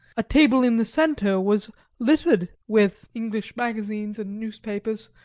a table in the centre was littered with english magazines and newspapers,